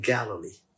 Galilee